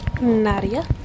Nadia